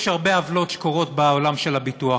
יש הרבה עוולות שקורות בעולם של הביטוח.